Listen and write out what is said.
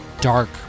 dark